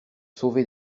sauver